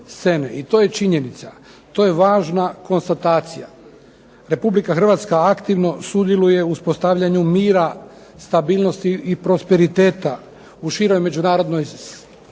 I to je činjenica, to je važna konstatacija. Republika Hrvatska aktivno sudjeluje u uspostavljanju mira, stabilnosti i prosperiteta u široj međunarodnoj zajednici.